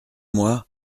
moi